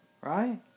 right